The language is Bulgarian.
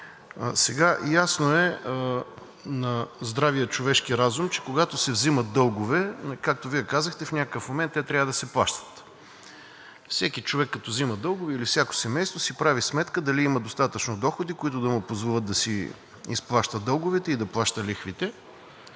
Ясно е за здравия човешки разум, че когато се вземат дългове, както Вие казахте, в някакъв момент те трябва да се плащат. Всеки човек или всяко семейство, когато взема дългове, си прави сметка дали има достатъчно доходи, които да му позволят да си изплаща дълговете и да плаща лихвите,